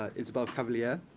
isabel cavelier,